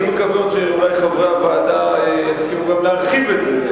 אני מקווה עוד שאולי חברי הוועדה יסכימו גם להרחיב את זה,